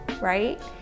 right